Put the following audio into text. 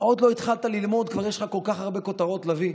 עוד לא התחלת ללמוד וכבר יש לך כל כך הרבה כותרות להביא?